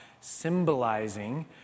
symbolizing